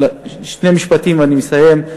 שני משפטים ואני מסיים.